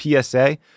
PSA